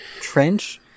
trench